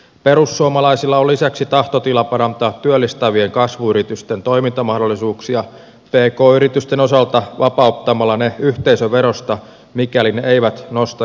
perussuomalaisilla on lisäksi tahtotila parantaa työllistävien kasvuyritysten toimintamahdollisuuksia pk yritysten osalta vapauttamalla ne yhteisöverosta mikäli ne eivät nosta yrityksestään osinkoja